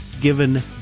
given